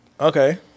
okay